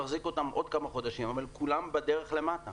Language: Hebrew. יחזיק אותן עוד כמה חודשים אבל כולן בדרך למטה.